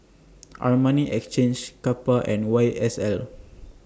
Armani Exchange Kappa and Y S L